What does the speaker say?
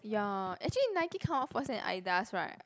ya actually Nike kind of Adidas right